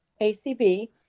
ACB